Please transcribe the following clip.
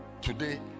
today